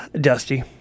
Dusty